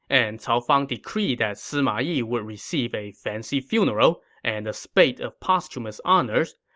and cao fang decreed that sima yi would receive a fancy funeral and a spate of posthumous honors.